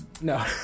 No